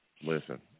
Listen